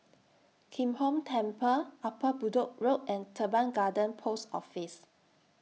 Kim Hong Temple Upper Bedok Road and Teban Garden Post Office